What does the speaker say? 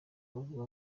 bavuga